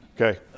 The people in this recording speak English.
Okay